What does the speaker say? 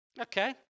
okay